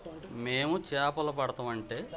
మేము చాపలు పడతమంటే